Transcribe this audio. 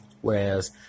Whereas